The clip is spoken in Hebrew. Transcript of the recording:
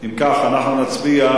אם כך, אנחנו נצביע.